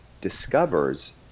discovers